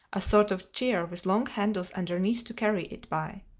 a sort of chair with long handles underneath to carry it by.